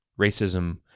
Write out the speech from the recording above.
racism